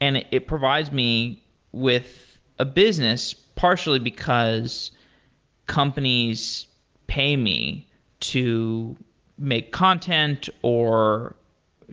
and it it provides me with a business partially because companies pay me to make content or